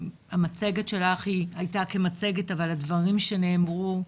המצגת שלך היא הייתה כמצגת, אבל הדברים שנאמרו,